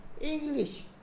English